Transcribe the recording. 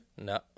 No